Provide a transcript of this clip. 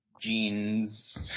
jeans